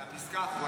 על הפסקה האחרונה.